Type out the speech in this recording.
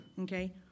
okay